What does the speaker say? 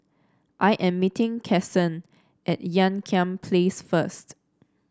I am meeting Kason at Ean Kiam Place first